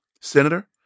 Senator